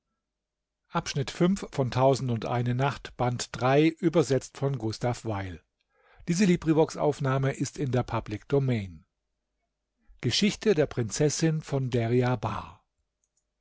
herz der prinzessin